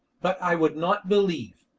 but i would not believe,